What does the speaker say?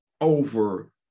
over